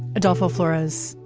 adolfo floras,